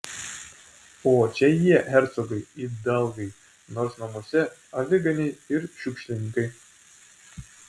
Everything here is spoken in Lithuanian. o čia jie hercogai idalgai nors namuose aviganiai ir šiukšlininkai